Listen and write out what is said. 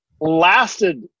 lasted